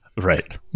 Right